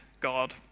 God